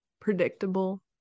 predictable